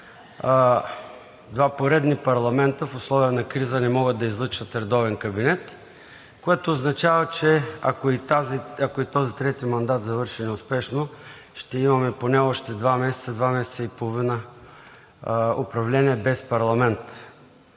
два поредни парламента в условия на криза не могат да излъчат редовен кабинет, което означава, че ако и този трети мандат завърши неуспешно, ще имаме поне още два месеца, два месеца и половина управление без парламент.